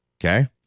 Okay